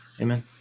amen